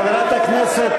חברת הכנסת